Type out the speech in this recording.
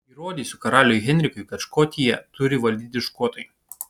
įrodysiu karaliui henrikui kad škotiją turi valdyti škotai